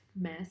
mess